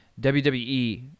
WWE